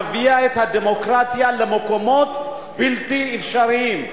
מביאה את הדמוקרטיה למקומות בלתי אפשריים.